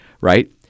right